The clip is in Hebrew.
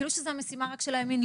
כאילו זאת משימה רק של הימין.